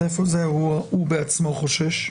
אז איפה זה הוא בעצמו חושש?